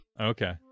Okay